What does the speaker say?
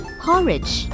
porridge